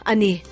Ani